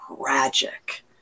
tragic